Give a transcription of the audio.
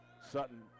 Sutton